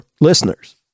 listeners